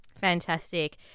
Fantastic